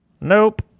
Nope